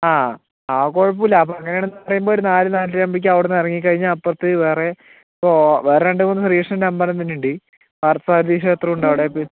ആ ആ കുഴപ്പമില്ല അപ്പോൾ അങ്ങനെയെന്നുണ്ടെങ്കിൽ ഒരു നാല് നാലരയാവുമ്പോക്ക് അവിടുന്നു ഇറങ്ങിക്കഴിഞ്ഞാൽ അപ്പോർത്ത് വേറെ രണ്ട് മൂന്ന് റീസന്റ് നമ്പർ എൻ്റെ കയ്യില്ണ്ട് പാർത്ഥാദി ക്ഷേത്രമുണ്ട് അവിടെ